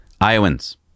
Iowans